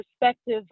perspective